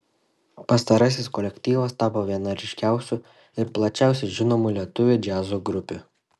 pastarasis kolektyvas tapo viena ryškiausių ir plačiausiai žinomų lietuvių džiazo grupių